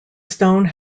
stone